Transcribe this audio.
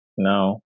No